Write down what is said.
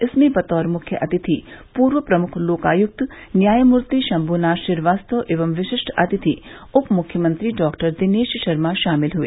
इसमें बतौर मुख्य अतिथि पूर्व प्रमुख लोकायुक्त न्यायमूर्ति शंभूनाथ श्रीवास्तव एवं विशिष्ट अतिथि उप मुख्यमंत्री डॉक्टर दिनेश शर्मा शामिल हुए